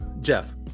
Jeff